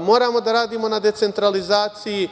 moramo da radimo na decentralizaciji.